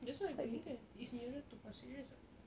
that's why I'm going there it's nearer to pasir ris [what]